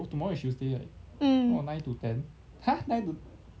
mm